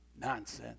nonsense